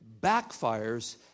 backfires